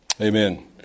amen